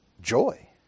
joy